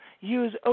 use